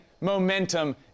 momentum